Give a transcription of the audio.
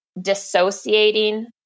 dissociating